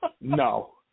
no